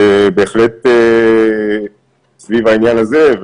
ובהחלט סביב העניין הזה.